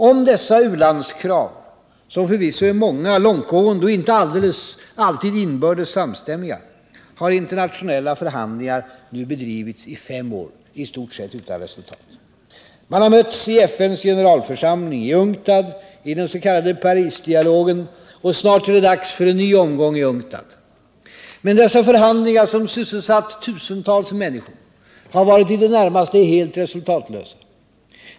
Om dessa u-landskrav —- som förvisso är många, långtgående och inte alltid inbördes samstämmiga — har internationella förhandlingar nu bedrivits i fem år, i stort sett utan resultat. Man har mötts i FN:s generalförsamling, i UNCTAD, i den s.k. Parisdialogen — och snart är det dags för en ny omgång i UNCTAD. Men dessa förhandlingar, som sysselsatt tusentals människor, har varit i det närmaste helt resultatlösa.